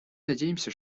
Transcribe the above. надеемся